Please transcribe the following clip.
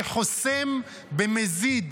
שחוסם במזיד,